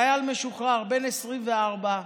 חייל משוחרר בן 24,